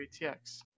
ATX